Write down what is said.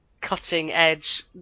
cutting-edge